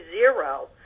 zero